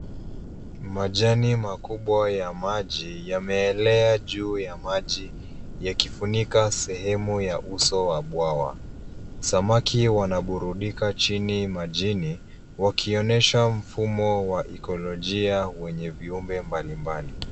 Majani makubwa ya maji yameelea juu ya maji yakifunika sehemu ya uso wa bwawa. Samaki wanaburudika chini majini wakionyesha mfumo wa ikolojia wenye viumbe mbalimbali.